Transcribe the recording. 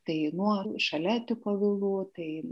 tai nuo šalė tipo vilų